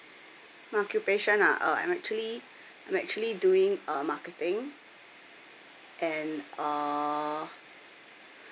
occupation ah uh I'm actually I'm actually doing uh marketing and uh